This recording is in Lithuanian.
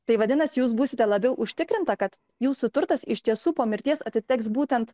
tai vadinasi jūs būsite labiau užtikrinta kad jūsų turtas iš tiesų po mirties atiteks būtent